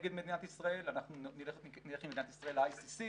נגד מדינת ישראל, אנחנו נלך עם מדינת ישראל ל-ICC